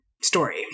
story